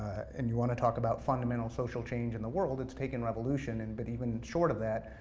and you wanna talk about fundamental social change in the world, it's taken revolution, and but even short of that,